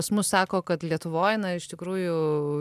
pas mus sako kad lietuvoj iš tikrųjų